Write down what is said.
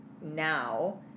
now